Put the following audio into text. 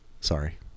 Sorry